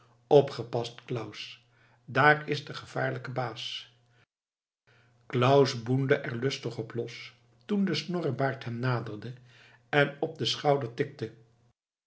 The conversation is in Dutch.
opgepast claus daar is de gevaarlijke baas clans boende er lustig op los toen de snorrebaard hem naderde en op den schouder tikte